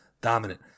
dominant